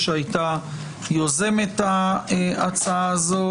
שהייתה יוזמת ההצעה הזאת.